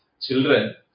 children